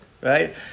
Right